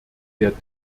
der